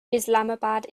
islamabad